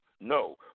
No